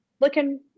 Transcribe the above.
looking